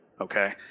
okay